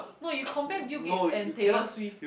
no you compare Bill Gates and Taylor Swift